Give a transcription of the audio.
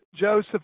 Joseph